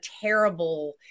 terrible